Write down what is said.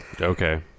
Okay